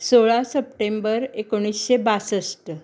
सोळा सप्टेंबर एकूणशें बासश्ट